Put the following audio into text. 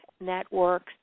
Network's